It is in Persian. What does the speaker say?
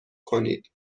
کنید